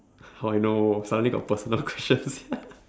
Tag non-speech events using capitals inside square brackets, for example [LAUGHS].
[BREATH] how I know suddenly got personal questions [LAUGHS]